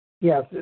Yes